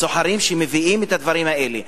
שמביאים את הדברים האלה?